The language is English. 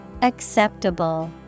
Acceptable